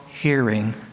hearing